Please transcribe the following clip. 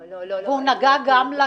לא, לא,